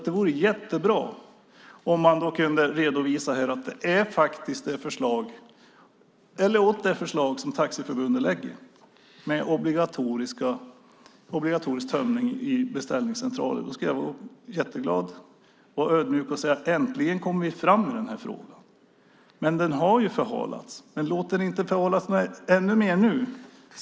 Det vore jättebra om han här kunde redovisa ett förslag som liknar Taxiförbundets förslag om obligatorisk tömning i beställningscentraler. Då skulle jag vara jätteglad och ödmjuk och säga att vi äntligen kommer fram i den här frågan. Den har förhalats, men låt den inte förhalas ännu mer nu.